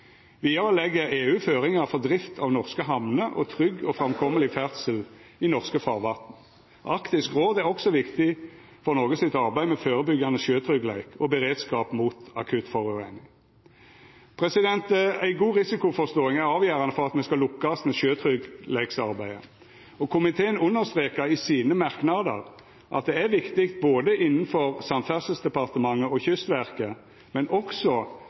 Vidare legg EU føringar for drift av norske hamner og trygg og framkomeleg ferdsel i norske farvatn. Arktisk råd er også viktig for Noregs arbeid med førebyggjande sjøtryggleik og beredskap mot akutt forureining. Ei god risikoforståing er avgjerande for at me skal lukkast med sjøtryggleiksarbeidet, og komiteen understreker i sine merknader at det er viktig innanfor både Samferdselsdepartementet og Kystverket, men også